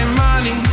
money